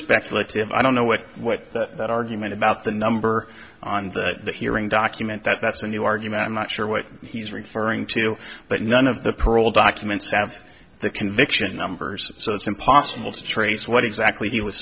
speculative i don't know what what argument about the number on the hearing document that's a new argument i'm not sure what he's referring to but none of the parole documents have the conviction numbers so it's impossible to trace what exactly he was